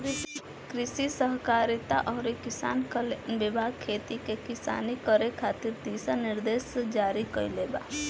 कृषि सहकारिता अउरी किसान कल्याण विभाग खेती किसानी करे खातिर दिशा निर्देश जारी कईले बा